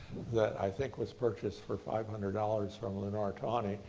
that i think was purchased for five hundred dollars from lenore tawney,